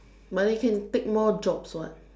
but then you can take more jobs [what]